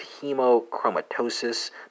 hemochromatosis